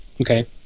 Okay